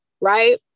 Right